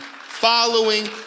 following